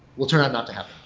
will turn out not to happen.